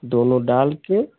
दोनों डालकर